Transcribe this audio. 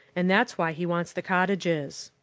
and that's why he wants the cottages.